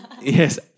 Yes